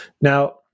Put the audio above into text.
Now